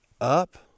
up